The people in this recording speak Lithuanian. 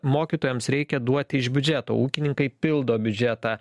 mokytojams reikia duoti iš biudžeto ūkininkai pildo biudžetą